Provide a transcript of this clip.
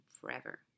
forever